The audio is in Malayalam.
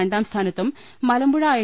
രണ്ടാംസ്ഥാ നത്തും മലമ്പുഴ ഐ